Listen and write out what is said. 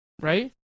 right